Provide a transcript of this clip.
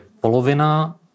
polovina